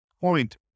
point